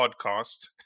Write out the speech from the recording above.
podcast